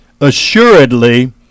assuredly